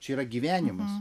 čia yra gyvenimas